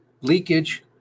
Leakage